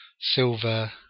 silver